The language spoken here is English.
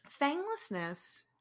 Fanglessness